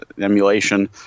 emulation